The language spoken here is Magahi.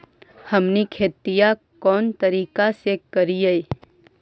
हमनी खेतीया कोन तरीका से करीय?